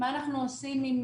מה אנחנו עושים עם